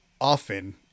often